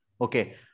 Okay